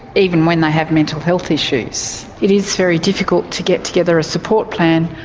even when they have mental health issues. it is very difficult to get together a support plan.